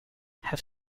have